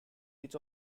each